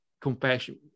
compassion